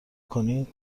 کنید